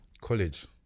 college